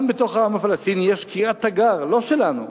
גם בתוך העם הפלסטיני יש קריאת תיגר, לא שלנו,